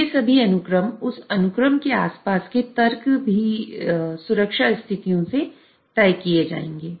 ये सभी अनुक्रम उस अनुक्रम के आसपास के तर्क भी सुरक्षा स्थितियों से तय किए जाएंगे